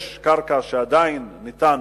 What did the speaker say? יש קרקע שעדיין ניתן